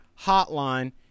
hotline